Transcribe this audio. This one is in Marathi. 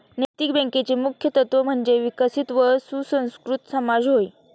नैतिक बँकेचे मुख्य तत्त्व म्हणजे विकसित व सुसंस्कृत समाज होय